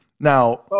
Now